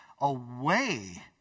away